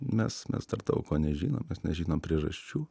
nes mes dar daug ko nežinom mes nežinom priežasčių